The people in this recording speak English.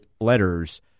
letters